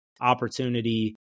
opportunity